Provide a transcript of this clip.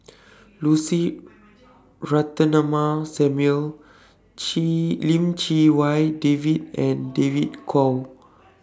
Lucy Ratnammah Samuel Chee Lim Chee Wai David and David Kwo